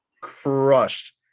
crushed